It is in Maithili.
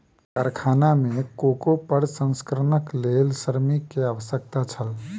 कारखाना में कोको प्रसंस्करणक लेल श्रमिक के आवश्यकता छल